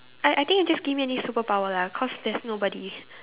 I I think you just give me any superpower lah cause there's nobody